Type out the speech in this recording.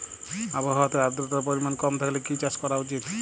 আবহাওয়াতে আদ্রতার পরিমাণ কম থাকলে কি চাষ করা উচিৎ?